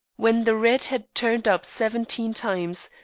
when the red had turned up seventeen times,